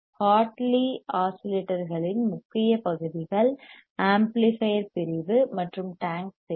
Hartley ஆஸிலேட்டர்களின் முக்கிய பகுதிகள் ஆம்ப்ளிபையர் பிரிவு மற்றும் டேங்க் பிரிவு